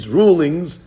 rulings